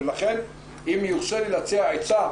לכן אם יורשה לי להציע עצה,